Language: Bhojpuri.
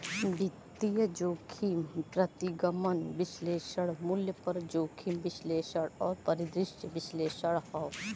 वित्तीय जोखिम प्रतिगमन विश्लेषण, मूल्य पर जोखिम विश्लेषण और परिदृश्य विश्लेषण हौ